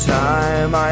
time